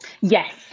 Yes